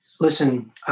listen